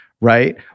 right